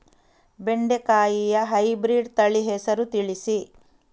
ಬೆಂಡೆಕಾಯಿಯ ಹೈಬ್ರಿಡ್ ತಳಿ ಹೆಸರು ತಿಳಿಸಿ?